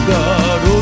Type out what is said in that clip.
God